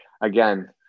again